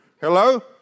Hello